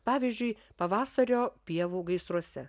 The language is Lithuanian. pavyzdžiui pavasario pievų gaisruose